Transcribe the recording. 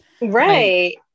Right